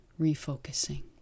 refocusing